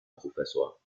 professor